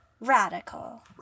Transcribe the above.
Radical